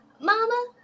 Mama